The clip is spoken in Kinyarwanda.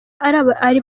ari